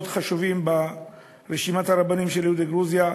חשובים ברשימת הרבנים של יהודי גרוזיה: